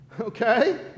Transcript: okay